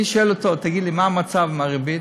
אני שואל אותו: תגיד לי, מה המצב עם הריבית?